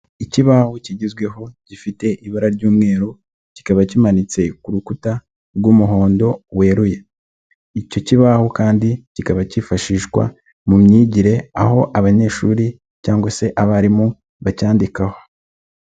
Ikibaho kigezweho gifite ibara ry'umweru, kikaba kimanitse ku rukuta rw'umuhondo weruye. Icyo kibaho kandi kikaba kifashishwa mu myigire, aho abanyeshuri cyangwa se abarimu bacyandikaho.